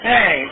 Hey